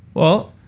well,